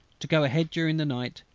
to go ahead during the night,